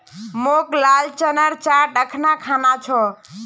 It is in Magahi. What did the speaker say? मोक लाल चनार चाट अखना खाना छ